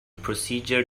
procedure